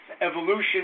Evolution